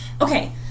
Okay